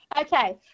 Okay